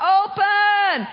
open